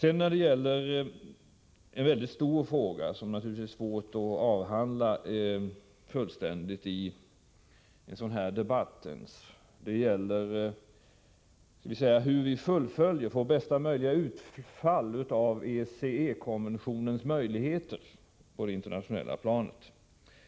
En mycket stor fråga som naturligtvis är svår att avhandla fullständigt i en sådan här debatt gäller hur vi skall få bästa möjliga utfall av ECE konventionens möjligheter på det internationella planet.